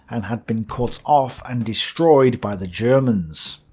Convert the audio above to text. and had been cut off and destroyed by the germans.